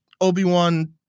Obi-Wan